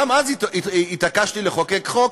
גם אז התעקשתי לחוקק חוק,